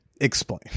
explain